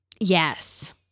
Yes